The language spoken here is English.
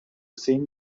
same